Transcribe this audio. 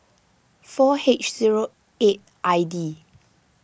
four H zero eight I D